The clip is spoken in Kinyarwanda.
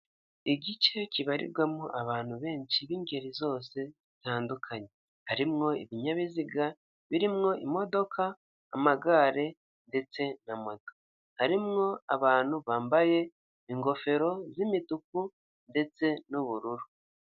Igice kibarirwamo abantu benshi b'ingeri zose zitandukanye, harimo ibinyabiziga birimo imodoka, amagare ndetse na moto, harimwo abantu bambaye ingofero z'imituku ndetse n'ubururu.